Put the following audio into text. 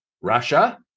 Russia